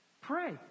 Pray